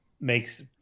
makes